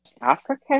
africa